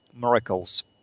miracles